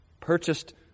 purchased